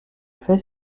fait